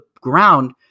ground